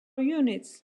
units